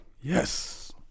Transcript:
Yes